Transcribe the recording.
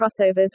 crossovers